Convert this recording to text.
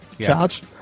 charge